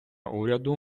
уряду